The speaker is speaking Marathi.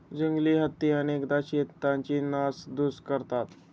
जंगली हत्ती अनेकदा शेतांची नासधूस करतात